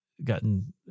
gotten